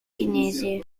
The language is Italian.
cinese